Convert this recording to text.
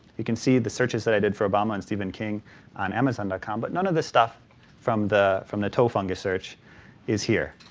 you can see the searches that i did for obama and stephen king on amazon com, but none of the stuff from the from the toe fungus search is here.